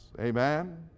Amen